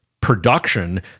production